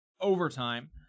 overtime